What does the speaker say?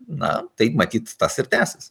na taip matyt tas ir tęsis